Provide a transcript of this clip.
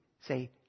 say